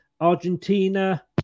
Argentina